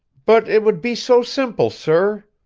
but it would be so simple, sir.